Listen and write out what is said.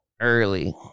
early